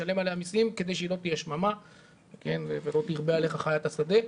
לשלם עליה מסים כדי שהיא לא תהיה שממה ולא תרבה עליך חיית השדה.